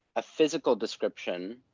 a physical description,